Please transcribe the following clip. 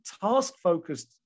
task-focused